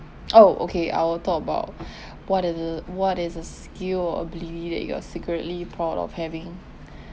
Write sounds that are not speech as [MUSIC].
oh okay I will talk about [BREATH] what is a what is a skill or ability that you are secretly proud of having [BREATH]